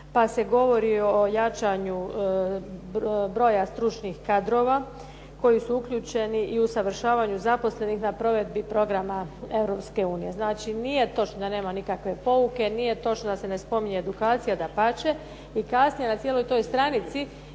pa se govori o jačanju broja stručnih kadrova koji su uključeni i usavršavanju zaposlenih na provedbi programa Europske unije. Znači, nije točno da nema nikakve pouke, nije točno da se ne spominje edukacija, dapače i kasnije na cijeloj toj stranici